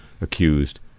accused